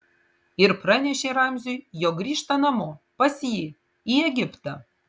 ir pranešė ramziui jog grįžta namo pas jį į egiptą